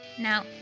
Now